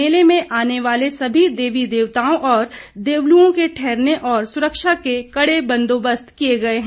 मेले में आने वाले सभी देवी देवताओं और देवालुओं के ठहरने और सुरक्षा के कड़े बंदोबस्त किए गए हैं